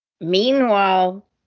Meanwhile